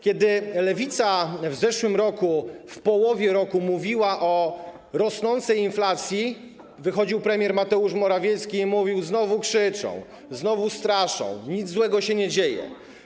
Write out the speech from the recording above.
Kiedy Lewica w zeszłym roku, w połowie roku mówiła o rosnącej inflacji, wychodził premier Mateusz Morawiecki i mówił: znowu krzyczą, znowu straszą, nic złego się nie dzieje.